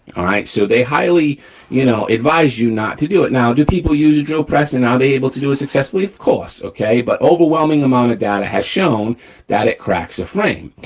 all right. so they highly you know advise you not to do it. now do people use a drill press, and are they able to do it successfully? of course, okay, but overwhelming amount of data has shown that it cracks the frame.